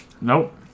Nope